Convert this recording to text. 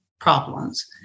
problems